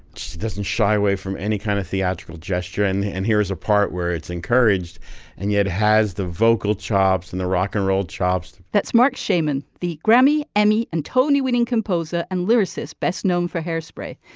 she doesn't shy away from any kind of theatrical gesture and and here is a part where it's encouraged and yet has the vocal chops and the rock and roll chops that's mark sherman the grammy emmy and tony winning composer and lyricist best known for hairspray.